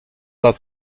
pas